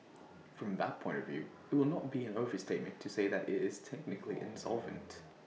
from that point of view IT would not be an overstatement to say that IT is technically insolvent